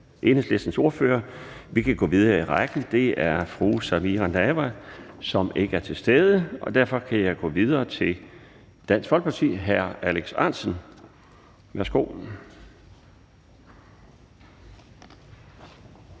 Enhedslistens ordfører. Vi kan gå videre i ordførerrækken, og fru Samira Nawa er ikke til stede, og derfor kan jeg gå videre til Dansk Folkepartis hr. Alex Ahrendtsen. Værsgo.